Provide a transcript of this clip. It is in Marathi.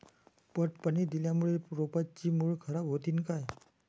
पट पाणी दिल्यामूळे रोपाची मुळ खराब होतीन काय?